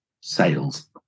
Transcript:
sales